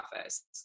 office